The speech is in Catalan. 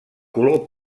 color